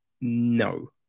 no